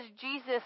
Jesus